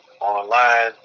online